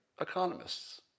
economists